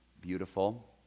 beautiful